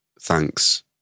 thanks